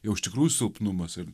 jau iš tikrųjų silpnumas ir